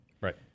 right